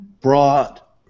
brought